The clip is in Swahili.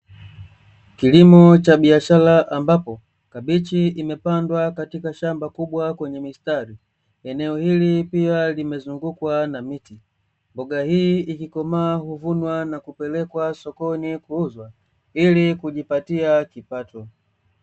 Kilimo cha biashara ambapo, kabichi imepandwa kwenye shamba kubwa kwenye mistari. Eneo hili pia limezungukwa na miti, mboga hii ikikomaa huvunwa na kupelekwa sokoni kuuzwa, ili kujipatia kipato.